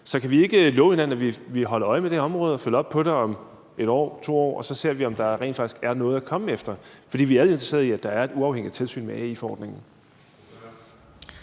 Så kan vi ikke love hinanden, at vi holder øje med det her område og følger op på det om 1-2 år og så ser, om der rent faktisk er noget at komme efter? For vi er alle interesserede i, at der er et uafhængigt tilsyn med AI-forordningen.